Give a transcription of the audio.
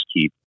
keep